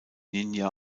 ninja